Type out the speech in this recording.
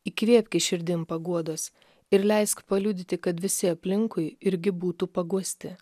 įkvėpki širdim paguodos ir leisk paliudyti kad visi aplinkui irgi būtų paguosti